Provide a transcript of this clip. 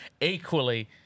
equally